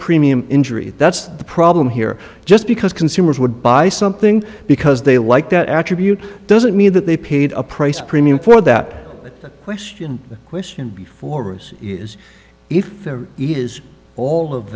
premium injury that's the problem here just because consumers would buy something because they like that attribute doesn't mean that they paid a price premium for that question the question before us is if there is all of